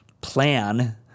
plan